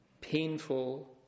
painful